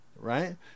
right